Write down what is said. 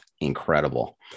incredible